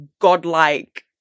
godlike